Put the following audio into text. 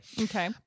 Okay